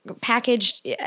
packaged